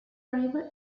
river